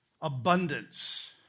Abundance